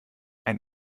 ein